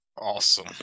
Awesome